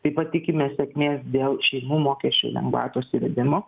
taip pat tikimės sėkmės dėl šeimų mokesčių lengvatos įvedimo